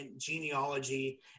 genealogy